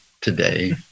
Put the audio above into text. today